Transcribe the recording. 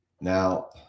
now